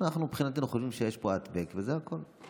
אנחנו מבחינתנו חושבים שיש פה העתק-הדבק וזה הכול.